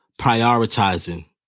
prioritizing